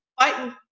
fighting